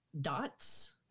dots